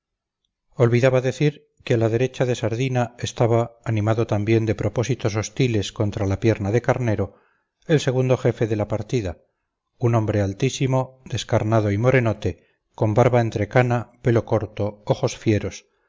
la cena olvidaba decir que a la derecha de sardina estaba animado también de propósitos hostiles contra la pierna de carnero el segundo jefe de la partida un hombre altísimo descarnado y morenote con barba entrecana pelo corto ojos fieros